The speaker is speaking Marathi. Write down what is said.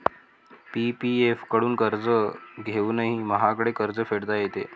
पी.पी.एफ कडून कर्ज घेऊनही महागडे कर्ज फेडता येते